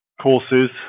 courses